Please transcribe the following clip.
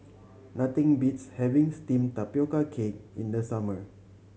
nothing beats having steamed tapioca cake in the summer